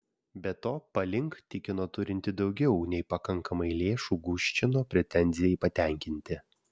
be to palink tikino turinti daugiau nei pakankamai lėšų guščino pretenzijai patenkinti